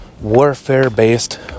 warfare-based